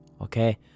okay